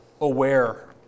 aware